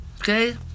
Okay